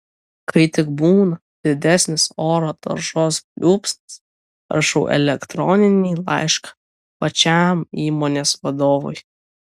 kai tik būna didesnis oro taršos pliūpsnis rašau elektroninį laišką pačiam įmonės vadovui